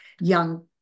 young